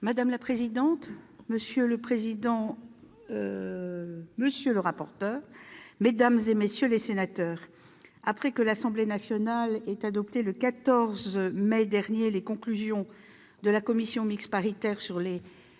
Mme la ministre. Madame la présidente, monsieur le rapporteur, mesdames, messieurs les sénateurs, après que l'Assemblée nationale a adopté, le 14 mai dernier, les conclusions de la commission mixte paritaire sur les